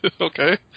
Okay